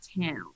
town